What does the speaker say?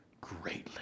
greatly